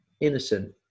innocent